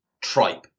tripe